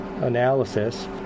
analysis